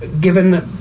given